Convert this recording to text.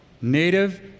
Native